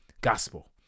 gospel